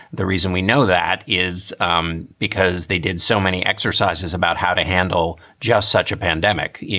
the reason we know that is um because they did so many exercises about how to handle just such a pandemic.